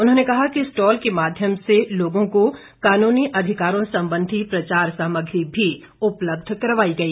उन्होंने कहा कि स्टॉल के माध्यम से लोगों को कानूनी अधिकारों संबंधी प्रचार सामग्री भी उपलब्ध करवाई गई